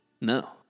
No